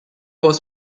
was